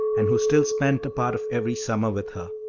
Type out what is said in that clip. and who still spent a part of every summer with her.